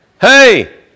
Hey